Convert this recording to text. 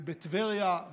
בטבריה,